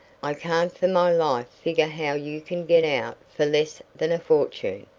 i can't for my life figure how you can get out for less than a fortune,